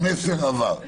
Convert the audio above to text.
המסר עבר.